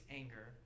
anger